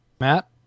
Matt